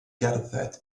gerdded